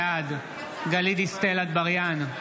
בעד גלית דיסטל אטבריאן,